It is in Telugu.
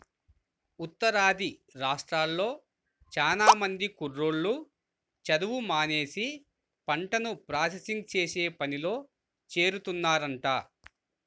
ఉత్తరాది రాష్ట్రాల్లో చానా మంది కుర్రోళ్ళు చదువు మానేసి పంటను ప్రాసెసింగ్ చేసే పనిలో చేరుతున్నారంట